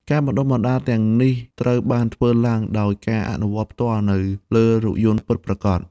ការបណ្តុះបណ្តាលទាំងអស់នេះត្រូវបានធ្វើឡើងដោយការអនុវត្តផ្ទាល់នៅលើរថយន្តពិតប្រាកដ។